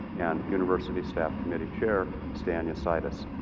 and university staff committee chair stan yasaitis.